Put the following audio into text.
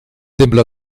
templo